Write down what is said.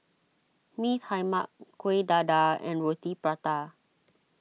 Mee Tai Mak Kuih Dadar and Roti Prata